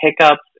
hiccups